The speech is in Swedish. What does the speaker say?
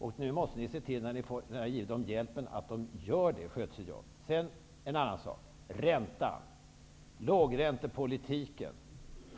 När ni har givit dem den här hjälpen måste ni se till att de sköter sitt jobb. Kommer ni verkligen att föra en lågräntepolitik,